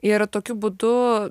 ir tokiu būdu